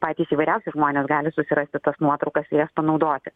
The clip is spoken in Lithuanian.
patys įvairiausi žmonės gali susirasti tas nuotraukas jas panaudoti